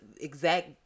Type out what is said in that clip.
exact